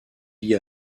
vit